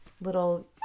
little